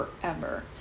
forever